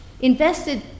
invested